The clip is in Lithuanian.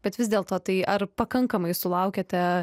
bet vis dėlto tai ar pakankamai sulaukiate